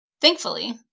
Thankfully